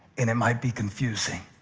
and it might be confusing,